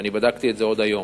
ואני בדקתי את זה עוד היום.